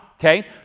Okay